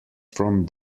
from